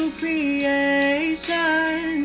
creation